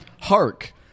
hark